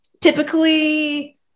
Typically